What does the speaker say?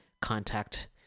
contact